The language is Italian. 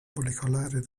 molecolare